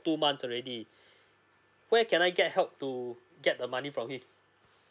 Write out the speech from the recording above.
two months already where can I get help to get the money from him